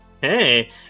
Hey